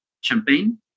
Champagne